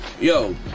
yo